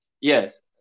Yes